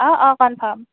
অঁ অঁ কনফ্ৰাম